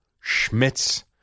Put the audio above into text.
Schmitz